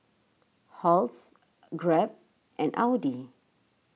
Halls Grab and Audi